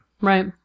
Right